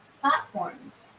platforms